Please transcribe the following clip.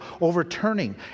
overturning